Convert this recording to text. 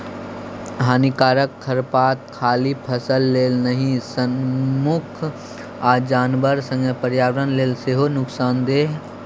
हानिकारक खरपात खाली फसल लेल नहि मनुख आ जानबर संगे पर्यावरण लेल सेहो नुकसानदेह